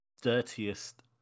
dirtiest